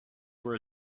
were